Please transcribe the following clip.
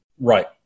Right